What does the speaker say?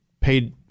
paid